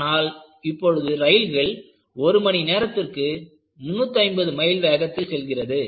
ஆனால் இப்பொழுது ரயில்கள் ஒரு மணி நேரத்திற்கு 350 மைல் வேகத்தில் செல்கிறது